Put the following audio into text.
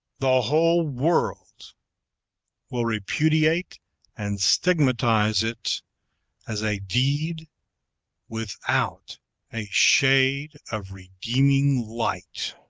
the whole world will repudiate and stigmatize it as a deed without a shade of redeeming light.